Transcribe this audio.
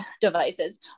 devices